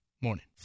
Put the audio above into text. morning